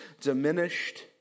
diminished